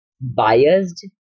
biased